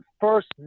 first